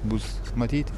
bus matyti